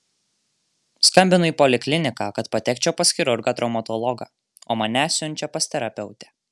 skambinu į polikliniką kad patekčiau pas chirurgą traumatologą o mane siunčia pas terapeutę